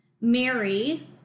Mary